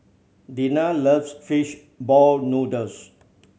Deana loves fish ball noodles